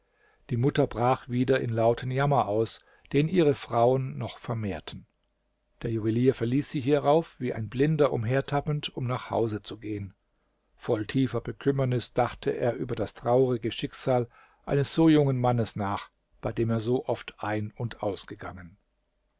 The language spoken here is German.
die mutter brach wieder in lauten jammer aus den ihre frauen noch vermehrten der juwelier verließ sie hierauf wie ein blinder umhertappend um nach hause zu gehen voll tiefer bekümmernis dachte er über das traurige schicksal eines so jungen mannes nach bei dem er so oft ein und ausgegangen